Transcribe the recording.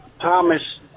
Thomas